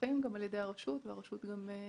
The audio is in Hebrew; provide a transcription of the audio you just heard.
שמפוקחים על ידי הרשות, כאשר הרשות מנהלת